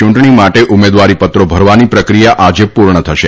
ચૂંટણી માટે ઉમેદવારીપત્રો ભરવાની પ્રક્રિયા આજે પૂર્ણ થશે